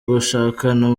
gushakana